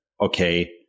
Okay